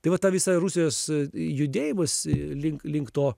tai va ta visa rusijos judėjimas link link to